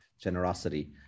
generosity